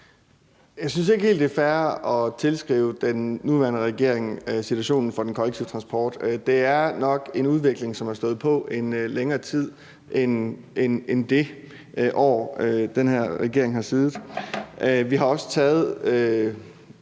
Jeg synes ikke helt, det er fair at tilskrive den nuværende regering situationen omkring den kollektive transport. Det er nok en udvikling, som har stået på i længere tid end det år, den her regering har siddet.